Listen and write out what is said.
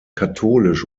katholisch